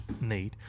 need